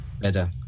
better